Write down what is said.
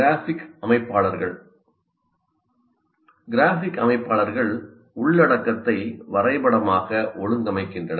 graphic அமைப்பாளர்கள் graphic அமைப்பாளர்கள் உள்ளடக்கத்தை வரைபடமாக ஒழுங்கமைக்கின்றனர்